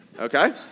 okay